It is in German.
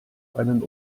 einen